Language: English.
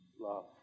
love